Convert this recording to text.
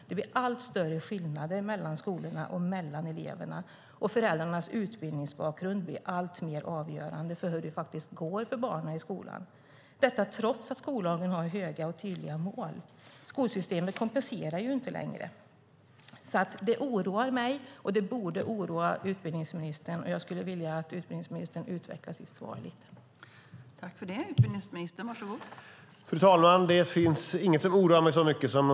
Det blir allt större skillnader mellan skolorna och mellan eleverna, och föräldrarnas utbildningsbakgrund blir alltmer avgörande för hur det går för barnen i skolan, detta trots att skollagen har höga och tydliga mål. Skolsystemet kompenserar inte längre. Det oroar mig, och det borde oroa utbildningsministern. Jag skulle därför vilja att utbildningsministern utvecklade sitt svar lite grann.